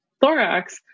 thorax